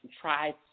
try